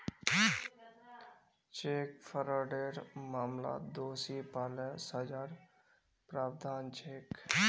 cheque फ्रॉडेर मामलात दोषी पा ल सजार प्रावधान छेक